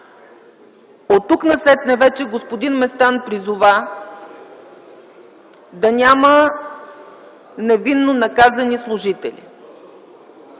Оттук насетне вече господин Местан призова да няма невинно наказани служители.